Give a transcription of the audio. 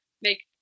make